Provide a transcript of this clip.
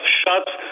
shots